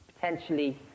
potentially